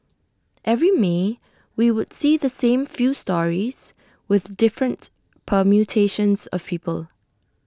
every may we would see the same few stories with different permutations of people